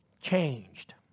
changed